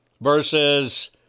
versus